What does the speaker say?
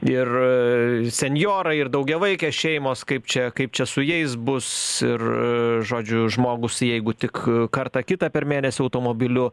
ir senjorai ir daugiavaikės šeimos kaip čia kaip čia su jais bus ir žodžiu žmogus jeigu tik kartą kitą per mėnesį automobiliu